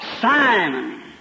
Simon